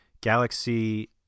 galaxy